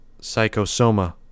Psychosoma